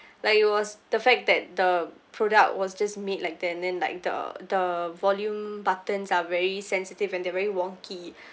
like it was the fact that the product was just made like that then like the the volume buttons are very sensitive and they're very wonky